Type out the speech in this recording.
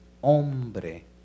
hombre